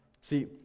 See